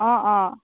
অ' অ'